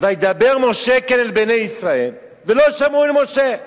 "וידבר משה כן אל בני ישראל ולא שמעו אל משה".